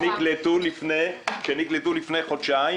לפני חודשיים.